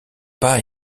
pas